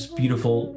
beautiful